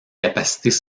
capacités